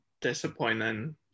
disappointing